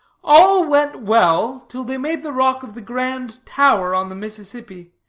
all went well till they made the rock of the grand tower on the mississippi,